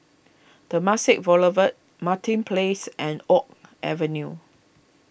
Temasek Boulevard Martin Place and Oak Avenue